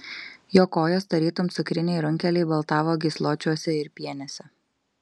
jo kojos tarytum cukriniai runkeliai baltavo gysločiuose ir pienėse